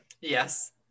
Yes